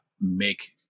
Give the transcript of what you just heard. make